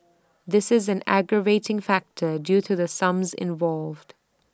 this is an aggravating factor due to the sums involved